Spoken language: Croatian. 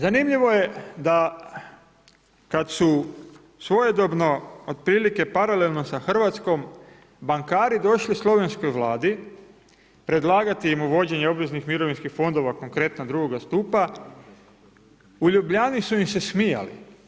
Zanimljivo je da kada su svojedobno, otprilike paralelno sa Hrvatskom, bankari došli Slovenskoj Vladi, predlagati im uvođenje obveznih mirovinskih fondova, konkretno, drugoga stupa, u Ljubljani su im se smijali.